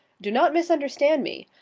do not misunderstand me.